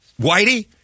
Whitey